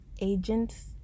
agents